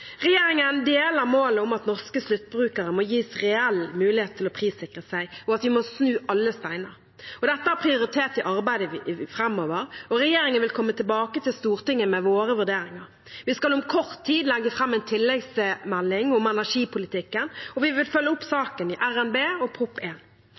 målet om at norske sluttbrukere må gis reell mulighet til å prissikre seg, og at vi må snu alle steiner. Dette har prioritet i arbeidet framover, og regjeringen vil komme tilbake til Stortinget med våre vurderinger. Vi skal om kort tid legge fram en tilleggsmelding om energipolitikken, og vi vil følge opp